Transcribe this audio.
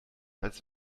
als